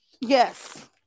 yes